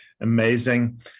amazing